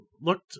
looked